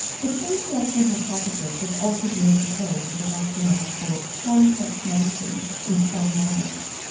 the kin selection hypothesis has also been proposed as a rationale for same sex mounting in some mammals.